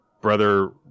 brother